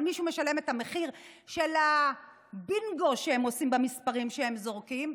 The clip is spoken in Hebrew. אבל מישהו משלם את המחיר של הבינגו שהם עושים במספרים שהם זורקים,